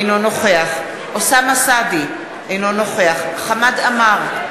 אינו נוכח אוסאמה סעדי, אינו נוכח חמד עמאר,